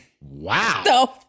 Wow